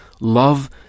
Love